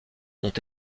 ont